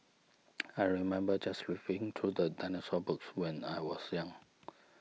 I remember just re flipping through dinosaur books when I was young